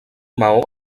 maó